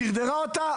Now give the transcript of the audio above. דרדרה אותה.